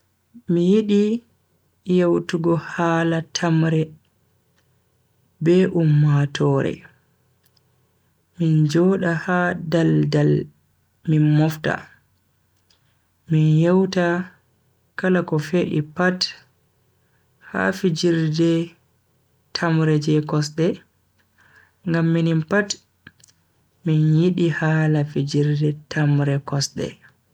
Mi yidi yewtugo hala tamre be ummatoore, min joda ha dal-dal min mofta, min yewta kala ko fe'I pat ha fijirde tamre je kosde ngam minin pat min yidi hala fijirde tamre kosde.